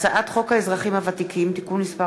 הצעת חוק האזרחים הוותיקים (תיקון מס'